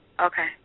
Okay